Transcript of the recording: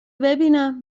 ببینم